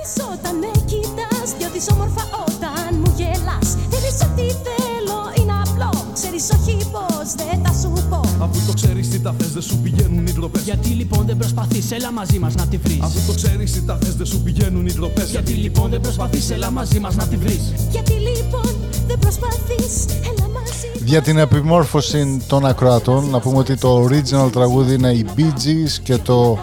Όταν με κοιτάς, νιώθεις όμορφα όταν μου γελάς. Δεν είσαι ό,τι θέλω, είναι απλό. Ξέρεις όχι πως δεν θα σου πω. Αφού το ξέρεις τι τα θες, δεν σου πηγαίνουν οι ντροπές. Γιατί, λοιπόν, δεν προσπαθείς, έλα μαζί μας να τη βρεις. Αφού το ξέρεις τι τα θες, δεν σου πηγαίνουν οι ντροπές. Γιατί, λοιπόν, δεν προσπαθείς, έλα μαζί μας να τη βρεις. Γιατί, λοιπόν, δεν προσπαθείς, έλα μαζί Για την μας να τη βρεις. επιμόρφωση των ακροατών, να πούμε ότι το original τραγούδι είναι οι Bee Gees και το